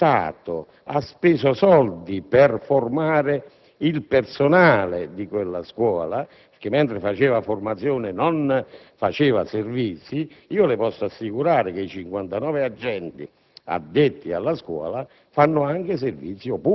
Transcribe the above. e antisismica. Lo Stato ha speso soldi per formare il personale di quella Scuola perché, mentre faceva formazione, non faceva servizi. Le posso assicurare che i 59 agenti